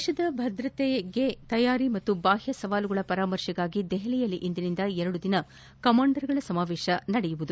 ದೇಶದ ಭದ್ರತೆಗಿನ ತಯಾರಿ ಮತ್ತು ಬಾಹ್ಯ ಸವಾಲುಗಳ ಪರಾಮರ್ಶೆಗಾಗಿ ನವದೆಹಲಿಯಲ್ಲಿ ಇಂದಿನಿಂದ ಎರಡು ದಿನ ಕಮಾಂಡರ್ಗಳ ಸಮಾವೇಶ ನಡೆಯಲಿದೆ